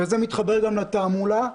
וזה מתחבר גם לתעמולה.